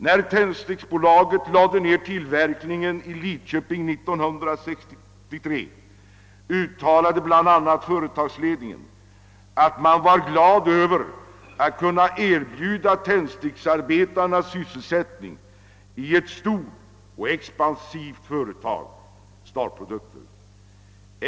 När Tändsticksbolaget lade ned tillverkningen i Lidköping 1963 uttalade bl.a. företagsledningen, att den var glad över att kunaa erbjuda tändsticksarbetarna sysselsättning i ett stort och expansivt företag, Star produkter.